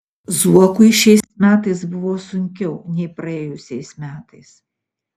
zuokui šiais metais buvo sunkiau nei praėjusiais metais